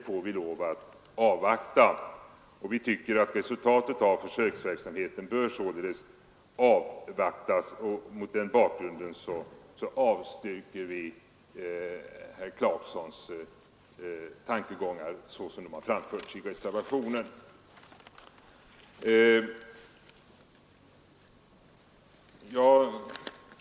Mot den bakgrunden avstyrker vi herr Clarksons tankegångar, såsom de har fram förts i reservationen 2.